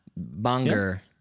Banger